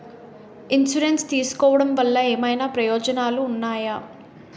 Insurance తీసుకోవటం వల్ల ఏమైనా ప్రయోజనాలు ఉన్నాయా?